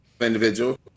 individual